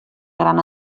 gran